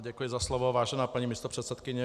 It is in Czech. Děkuji za slovo, vážená paní místopředsedkyně.